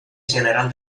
general